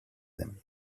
them